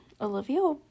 Olivia